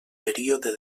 període